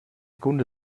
kunde